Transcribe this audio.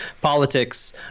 politics